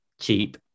cheap